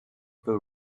their